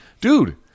Dude